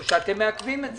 או שאתם מעכבים את זה.